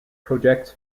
projects